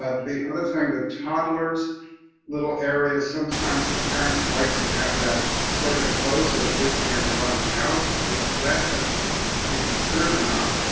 ah the other thing that toddlers little area. sometimes the parents like to have that sort of enclose so the kids can't run out is that ah to be considered or not.